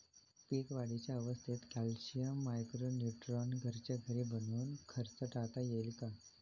पीक वाढीच्या अवस्थेत calcium, micro neutron घरच्या घरी बनवून खर्च टाळता येईल का?